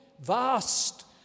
vast